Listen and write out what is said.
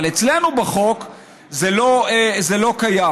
אבל אצלנו בחוק זה לא קיים.